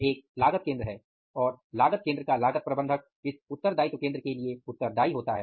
एक लागत केंद्र है और लागत केंद्र का लागत प्रबंधक इस उत्तरदायित्व केंद्र के लिए उत्तरदायी होता है